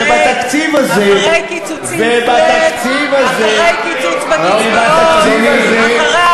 ובתקציב הזה, אדוני חבר הכנסת מיקי לוי.